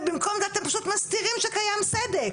ובמקום זה אתם פשוט מסתירים שקיים סדק.